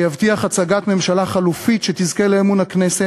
שיבטיח הצגת ממשלה חלופית שתזכה לאמון הכנסת,